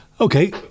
Okay